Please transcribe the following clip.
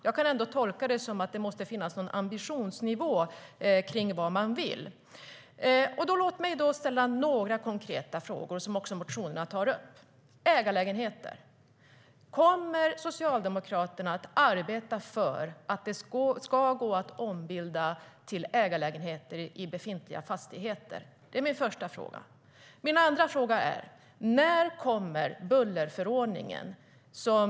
Jag tolkar detta som att det måste finnas en ambitionsnivå om vad man vill. Först har vi frågan om ägarlägenheter. Kommer Socialdemokraterna att arbeta för att det ska gå att ombilda till ägarlägenheter i befintliga fastigheter? Den andra frågan gäller när bullerförordningen ska komma.